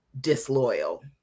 disloyal